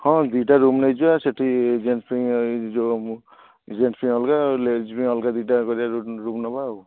ହଁ ଦୁଇଟା ରୁମ୍ ନେଇଯିବା ସେଇଠି ଜେଣ୍ଟ୍ସ ପାଇଁ ଯେଉଁ ଜେଣ୍ଟ୍ସ ପାଇଁ ଅଲଗା ଲେଡ଼ିସ୍ ପାଇଁ ଅଲଗା ଦୁଇଟା କରିବା ରୁମ୍ ନେବା ଆଉ